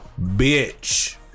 Bitch